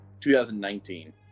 2019